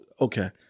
okay